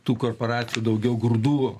tų korporacijų daugiau grūdų